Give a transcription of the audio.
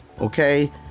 Okay